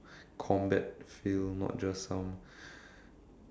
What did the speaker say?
combat feel not just some